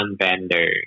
vendor